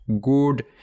good